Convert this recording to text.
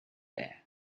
bare